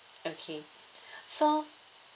okay so